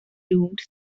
doomed